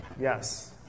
Yes